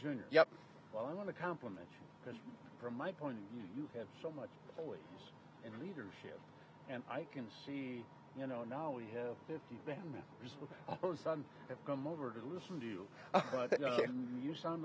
junior yeah well i want to complement from my point you have so much in leadership and i can see you know now we have them come over to listen to you you sound